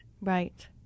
Right